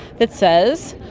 it says,